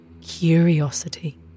Curiosity